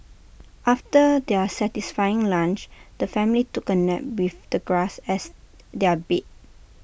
after their satisfying lunch the family took A nap with the grass as their bed